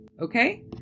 Okay